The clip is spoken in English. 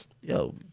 Yo